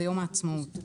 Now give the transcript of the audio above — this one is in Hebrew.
ויום העצמאות,